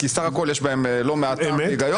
כי בסך הכול יש בהן לא מעט היגיון.